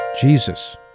Jesus